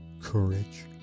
Courage